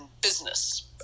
business